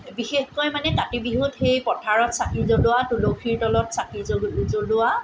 বিশেষকৈ মানে কাতি বিহুত সেই পথাৰত চাকি জ্বলোৱা তুলসীৰ তলত চাকি জ্বলোৱা